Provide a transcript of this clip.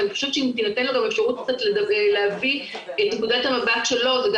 אני חושבת שאם תינתן לו אפשרות להביא גם את נקודת המבט שלו גם